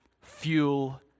fuel